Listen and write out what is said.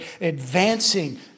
advancing